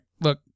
look